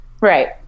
Right